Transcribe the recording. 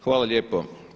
Hvala lijepo.